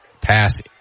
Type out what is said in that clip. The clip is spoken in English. pass